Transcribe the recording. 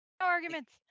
arguments